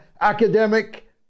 academic